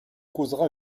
causera